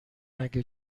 اگه